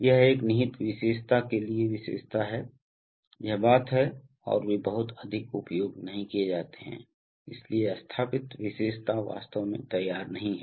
यह एक निहित विशेषता के लिए विशेषता है यह बात है और वे बहुत अधिक उपयोग नहीं किए जाते हैं इसलिए स्थापित विशेषता वास्तव में तैयार नहीं है